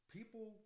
People